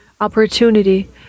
opportunity